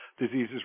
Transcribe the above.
diseases